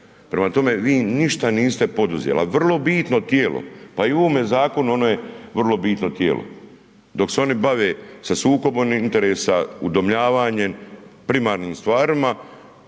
prema tome vi ništa niste poduzeli, a vrlo bitno tijelo. Pa i u ovome zakonu ono je vrlo bitno tijelo. Dok se oni bave sa sukobom interesa, udomljavanjem, primarnim stvarima,